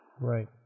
Right